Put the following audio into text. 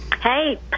Hey